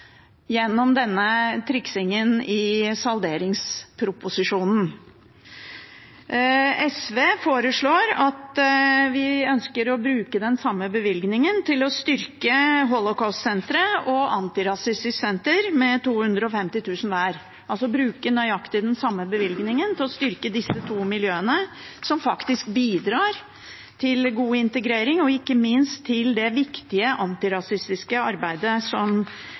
gjennom denne triksingen i salderingsproposisjonen. SV ønsker å bruke den samme bevilgningen til å styrke Holocaust-senteret og Antirasistisk Senter med 250 000 kr hver – altså bruke nøyaktig den samme bevilgningen til å styrke disse to miljøene, som faktisk bidrar til god integrering og ikke minst til det viktige antirasistiske arbeidet som